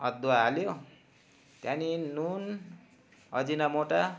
अदुवा हाल्यो त्यहाँदेखि नुन अजिना मोटो